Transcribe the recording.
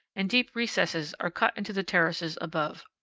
and deep recesses are cut into the terraces above.